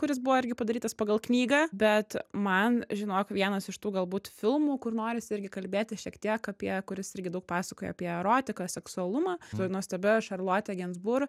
kuris buvo irgi padarytas pagal knygą bet man žinok jog vienas iš tų galbūt filmų kur norisi irgi kalbėti šiek tiek apie kuris irgi daug pasakoja apie erotiką seksualumą su nuostabia šarlote gensbur